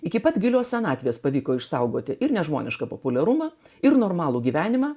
iki pat gilios senatvės pavyko išsaugoti ir nežmonišką populiarumą ir normalų gyvenimą